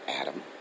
Adam